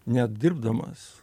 net dirbdamas